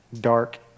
dark